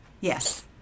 yes